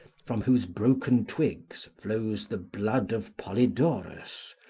from whose broken twigs flows the blood of polydorus,